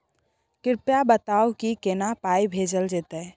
कृपया बताऊ की केना पाई भेजल जेतै?